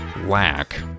lack